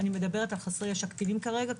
אני מדברת על חסרי ישע קטינים כרגע,